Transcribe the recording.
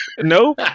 no